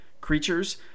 creatures